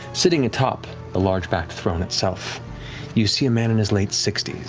sitting atop the large-backed throne itself you see a man in his late sixty s.